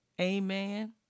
Amen